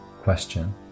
question